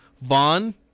Vaughn